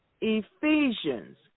Ephesians